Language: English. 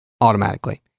automatically